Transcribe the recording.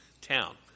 town